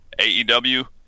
AEW